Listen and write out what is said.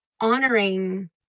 honoring